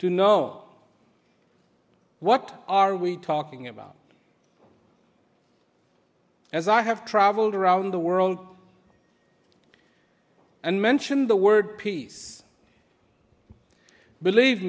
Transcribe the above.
to know what are we talking about as i have traveled around the world and mentioned the word peace believe